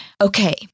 Okay